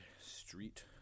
Street